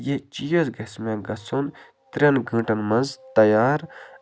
یہِ چیٖز گژھِ مےٚ گژھُن ترٛٮ۪ن گٲٹَن منٛز تیار